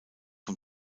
vom